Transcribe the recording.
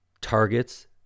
targets